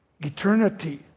Eternity